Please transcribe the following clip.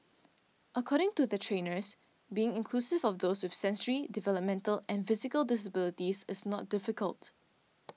according to the trainers being inclusive of those with sensory developmental and physical disabilities is not difficult